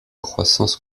croissance